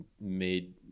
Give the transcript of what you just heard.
made